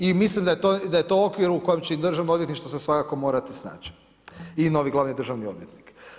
I mislim da je to okvir u kojem će se i državno odvjetništvo svakako morati snaći i novi glavni državni odvjetnik.